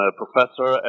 professor